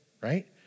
right